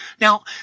now